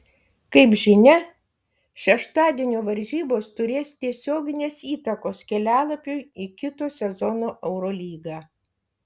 kaip žinia šeštadienio varžybos turės tiesioginės įtakos kelialapiui į kito sezono eurolygą